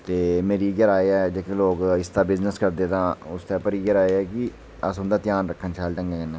मेरी इ'यै राऽ ऐ कि लोक इसदा बिजनस करदे न उसदे पर एह् राऽ ऐ कि अस उं'दा ध्यान रखन शैल ढंगा कन्नै